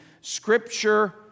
Scripture